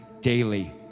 daily